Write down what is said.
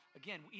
again